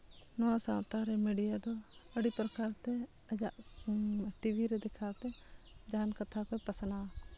ᱱᱚᱣᱟ ᱥᱟᱶᱛᱟ ᱨᱮ ᱢᱤᱰᱤᱭᱟ ᱫᱚ ᱟᱹᱰᱤ ᱯᱨᱚᱠᱟᱨ ᱛᱮ ᱟᱭᱟᱜ ᱴᱤᱵᱷᱤ ᱨᱮ ᱫᱮᱠᱷᱟᱣ ᱛᱮ ᱡᱟᱦᱟᱱ ᱠᱟᱛᱷᱟ ᱠᱚ ᱯᱟᱥᱱᱟᱣᱟ